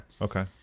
okay